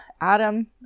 Adam